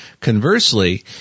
Conversely